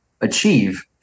achieve